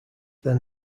then